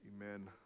amen